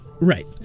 Right